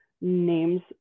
names